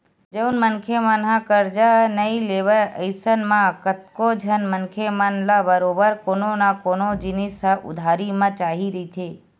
जउन मनखे मन ह करजा नइ लेवय अइसन म कतको झन मनखे मन ल बरोबर कोनो न कोनो जिनिस ह उधारी म चाही रहिथे